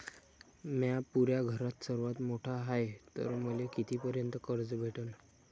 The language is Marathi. म्या पुऱ्या घरात सर्वांत मोठा हाय तर मले किती पर्यंत कर्ज भेटन?